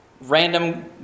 random